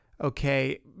okay